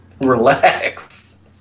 relax